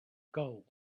goal